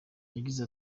yagize